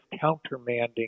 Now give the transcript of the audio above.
countermanding